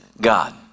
God